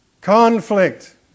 Conflict